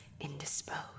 indisposed